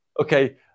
Okay